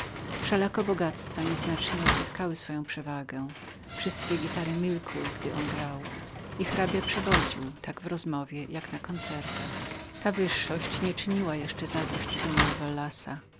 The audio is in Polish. wszelako bogactwa nieznacznie odzyskały swoją przewagę wszystkie gitary umilkały gdy on grał i hrabia przewodził tak w rozmowie jak i na koncertach ta wyższość nieczyniła jeszcze zadość dumie rowellasa